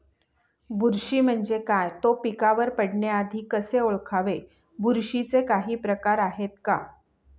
बुरशी म्हणजे काय? तो पिकावर पडण्याआधी कसे ओळखावे? बुरशीचे काही प्रकार आहेत का?